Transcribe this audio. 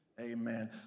Amen